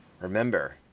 remember